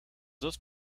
dos